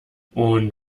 und